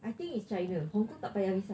I think it's china hong kong tak payah visa